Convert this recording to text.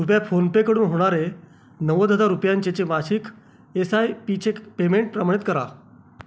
कृपया फोनपेकडून होणारे नव्वद हजार रुपयांचेचे मासिक एस आय पीचे पेमेंट प्रमाणित करा